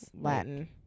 Latin